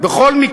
טוב.